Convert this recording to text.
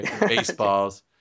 baseballs